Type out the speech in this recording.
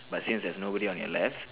but since there is nobody on your left